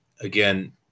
Again